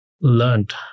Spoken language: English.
learned